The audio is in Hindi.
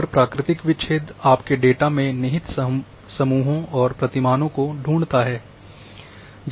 और प्राकृतिक विच्छेद आपके डेटा में निहित समूहों और प्रतिमानों को ढूंढता है